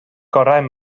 gorau